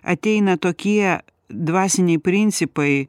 ateina tokie dvasiniai principai